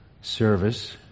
service